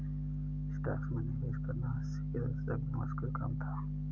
stocks में निवेश करना अस्सी के दशक में मुश्किल काम था